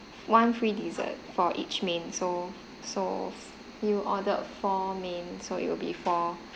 one free dessert for each main so so you ordered four main so it will be four